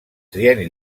trienni